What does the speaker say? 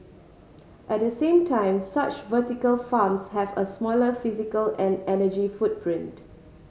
at the same time such vertical farms have a smaller physical and energy footprint